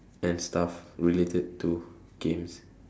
and stuff related to games